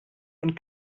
und